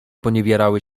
poniewierały